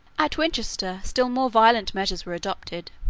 at winchester still more violent measures were adopted.